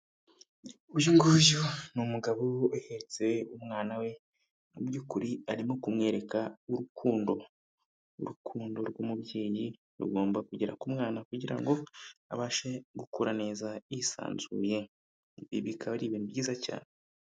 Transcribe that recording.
Uyu nguyu ni umugabo uhetse umwana we, mu by'ukuri arimo kumwereka urukundo. Urukundo rw'umubyeyi rugomba kugera ku mwana kugira ngo abashe gukura neza yisanzuye, ibi bikaba ari ibintu byiza cyane.